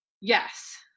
Yes